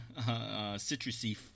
citrusy